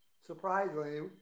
surprisingly